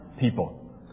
people